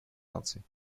наций